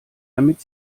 damit